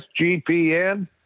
SGPN